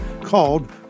called